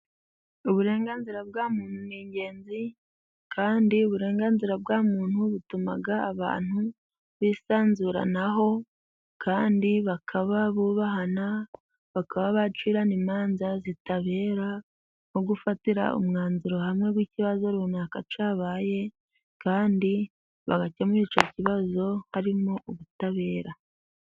Uburenganzira bwa muntu ni ingenzi kandi uburenganzira bwa muntu butuma abantu bisanzuranaho kandi bakaba bubahana ,bakaba bacirana imanza zitabera nko gufatira umwanzuro hamwe w'ikibazo runaka cyabaye kandi bagakemura icyo kibazo harimo ubutabera.